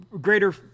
greater